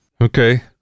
Okay